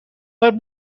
but